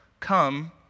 Come